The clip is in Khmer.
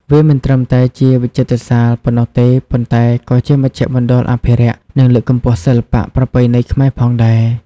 វាមិនត្រឹមតែជាវិចិត្រសាលប៉ុណ្ណោះទេ ប៉ុន្តែក៏ជាមជ្ឈមណ្ឌលអភិរក្ស និងលើកកម្ពស់សិល្បៈប្រពៃណីខ្មែរផងដែរ។